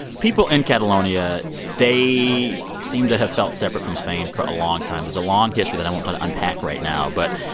people in catalonia they seem to have felt separate from spain for a long time. there's a long history that i won't try to unpack right now. but.